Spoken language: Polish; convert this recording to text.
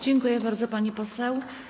Dziękuję bardzo, pani poseł.